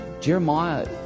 Jeremiah